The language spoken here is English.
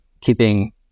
keeping